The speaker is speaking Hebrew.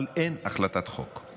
אבל אין החלטת חוק.